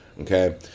okay